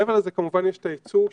מעבר לזה כמובן יש את היצוא,